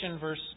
verse